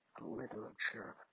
literature